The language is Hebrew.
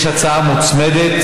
יש הצעה מוצמדת